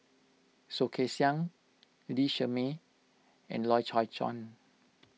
Soh Kay Siang Lee Shermay and Loy Chye Chuan